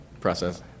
process